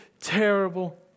terrible